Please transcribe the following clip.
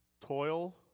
toil